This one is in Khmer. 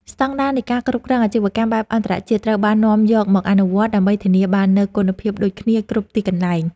ស្តង់ដារនៃការគ្រប់គ្រងអាជីវកម្មបែបអន្តរជាតិត្រូវបាននាំយកមកអនុវត្ត ដើម្បីធានាបាននូវគុណភាពដូចគ្នាគ្រប់ទីកន្លែង។